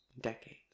decades